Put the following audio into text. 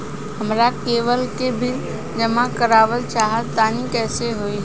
हमरा केबल के बिल जमा करावल चहा तनि कइसे होई?